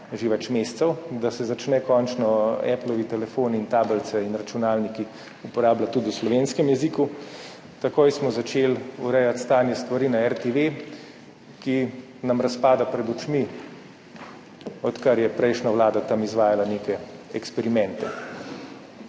mesecev, da se začnejo končno Applovi telefoni in tablice in računalniki uporabljati tudi v slovenskem jeziku. Takoj smo začeli urejati stanje stvari na RTV, ki nam razpada pred očmi, odkar je prejšnja vlada tam izvajala neke eksperimente.